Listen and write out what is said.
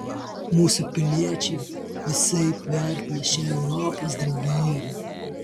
mūsų piliečiai visaip vertina šią europos draugiją